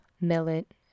millet